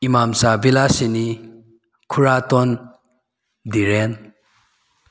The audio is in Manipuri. ꯏꯃꯥꯃꯆꯥ ꯕꯤꯂꯥꯁꯤꯅꯤ ꯈꯨꯔꯥꯇꯣꯟ ꯗꯤꯔꯦꯟ